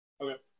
Okay